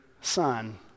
son